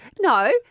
No